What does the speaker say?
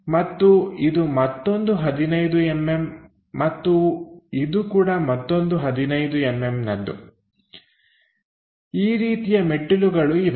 ಮತ್ತು ಇದು ಮತ್ತೊಂದು 15mm ಮತ್ತು ಇದು ಕೂಡ ಮತ್ತೊಂದು 15mmನದ್ದು ಈ ರೀತಿಯ ಮೆಟ್ಟಿಲುಗಳು ಇವೆ